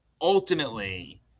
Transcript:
ultimately